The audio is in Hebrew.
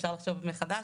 אפשר לחשוב מחדש,